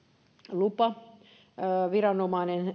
lupaviranomainen